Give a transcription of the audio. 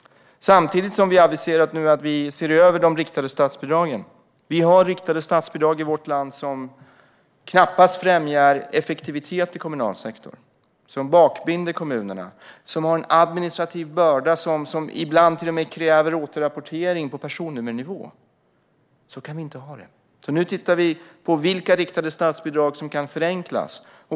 Samtidigt har vi aviserat att vi ser över de riktade statsbidragen. Vi har riktade statsbidrag i vårt land som knappast främjar effektivitet i kommunal sektor utan bakbinder kommunerna och ger en administrativ börda. Ibland krävs till och med återrapportering på personnummernivå. Så kan vi inte ha det, så nu tittar vi på vilka riktade statsbidrag som kan förenklas.